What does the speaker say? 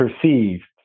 perceived